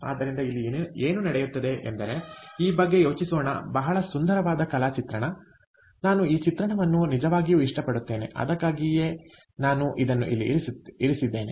ಆದ್ದರಿಂದ ಇಲ್ಲಿ ಏನು ನಡೆಯುತ್ತಿದೆ ಎಂದರೆ ಈ ಬಗ್ಗೆ ಯೋಚಿಸೋಣ ಬಹಳ ಸುಂದರವಾದ ಕಲಾ ಚಿತ್ರಣ ನಾನು ಈ ಚಿತ್ರವನ್ನು ನಿಜವಾಗಿಯೂ ಇಷ್ಟಪಡುತ್ತೇನೆ ಅದಕ್ಕಾಗಿಯೇ ನಾನು ಅದನ್ನು ಇಲ್ಲಿ ಇರಿಸಿದ್ದೇನೆ